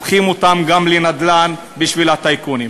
הופכים אותם גם לנדל"ן בשביל הטייקונים.